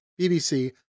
BBC